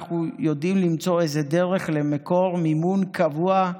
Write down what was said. אנחנו יודעים למצוא איזה דרך למקור מימון קבוע,